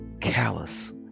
callous